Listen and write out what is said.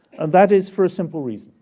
and that is for a simple reason.